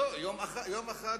היום,